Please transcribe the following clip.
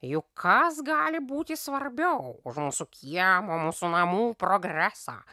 juk kas gali būti svarbiau už mūsų kiemo mūsų namų progresą